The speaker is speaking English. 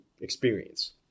experience